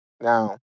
Now